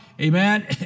amen